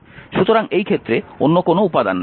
সুতরাং এই ক্ষেত্রে অন্য কোনও উপাদান নেই